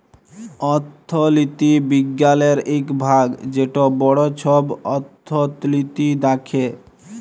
অথ্থলিতি বিজ্ঞালের ইক ভাগ যেট বড় ছব অথ্থলিতি দ্যাখে